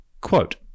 Quote